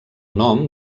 nom